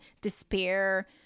despair